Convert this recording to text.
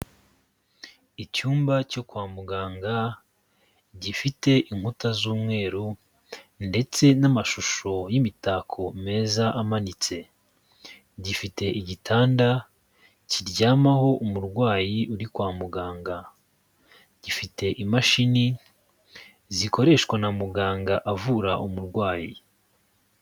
Icyumba cyo kwa muganga gifite inkuta z'umweru ndetse n'amashusho y'imitako meza amanitse, gifite igitanda kiryamaho umurwayi uri kwa muganga, gifite imashini zikoreshwa na muganga avura umurwayi.